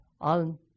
on